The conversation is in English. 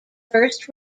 first